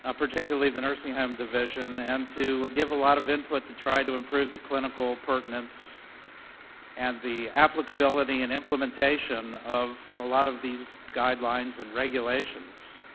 ah particularly the nursing home division, and to give a lot of input to try to improve the clinical pertinence and the applicability and implementation of a lot of these guidelines and regulations.